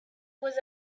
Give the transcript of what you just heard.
was